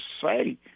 say